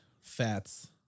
Fats